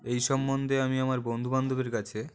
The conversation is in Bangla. এই সম্বন্ধে আমি আমার বন্ধুবান্ধবের কাছে